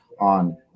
on –